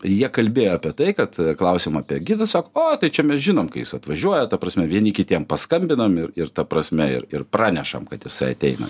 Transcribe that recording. jie kalbėjo apie tai kad klausiama apie gidus sako o tai čia mes žinom kai jis atvažiuoja ta prasme vieni kitiem paskambinam ir ir ta prasme ir ir pranešam kad jisai ateina